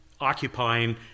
occupying